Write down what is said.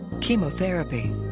chemotherapy